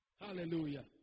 Hallelujah